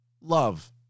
love